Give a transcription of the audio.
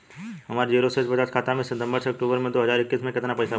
हमार जीरो शेष बचत खाता में सितंबर से अक्तूबर में दो हज़ार इक्कीस में केतना पइसा बचल बा?